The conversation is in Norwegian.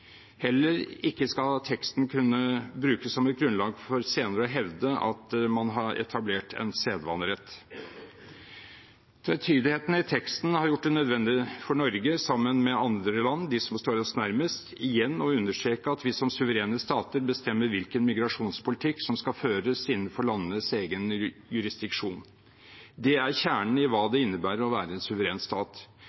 Heller ikke skal teksten kunne brukes som et grunnlag for senere å hevde at man har etablert en sedvanerett. Tvetydigheten i teksten har gjort det nødvendig for Norge, sammen med andre land, de som står oss nærmest, igjen å understreke at vi som suverene stater bestemmer hvilken migrasjonspolitikk som skal føres innenfor landenes egen jurisdiksjon. Det er kjernen i hva